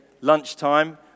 lunchtime